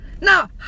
Now